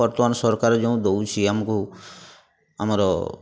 ବର୍ତ୍ତମାନ ସରକାର ଯେଉଁ ଦଉଛି ଆମକୁ ଆମର